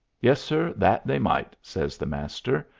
yes, sir that they might, says the master.